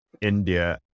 India